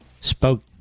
spoke